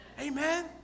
amen